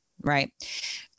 Right